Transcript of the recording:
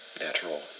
natural